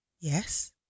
Yes